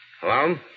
Hello